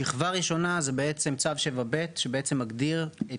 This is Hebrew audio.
שכבה ראשונה זה צו 7/ב שמגדיר את